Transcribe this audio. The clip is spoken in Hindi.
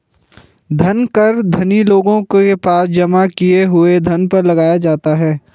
धन कर धनी लोगों के पास जमा किए हुए धन पर लगाया जाता है